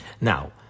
Now